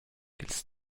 ch’ils